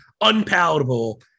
unpalatable